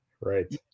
Right